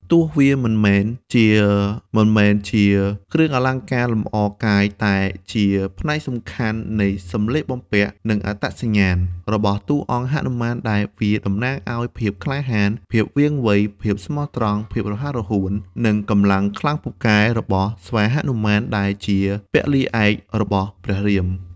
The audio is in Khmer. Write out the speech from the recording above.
ទោះវាមិនមែនជាមិនមែនជាគ្រឿងអលង្ការលម្អកាយតែជាផ្នែកសំខាន់នៃសំលៀកបំពាក់ និងអត្តសញ្ញាណ របស់តួអង្គហនុមានដែលវាតំណាងឲ្យ ភាពក្លាហាន ភាពវាងវៃ ភាពស្មោះត្រង់ ភាពរហ័សរហួន និងកម្លាំងខ្លាំងពូកែ របស់ស្វាហនុមាន ដែលជាពលីឯករបស់ព្រះរាម។។